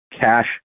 cash